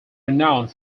renowned